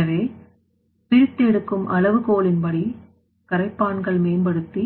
எனவே பிரித்து எடுக்கும் அளவுகோலின்படி கரைப்பான்கள் மேம்படுத்தி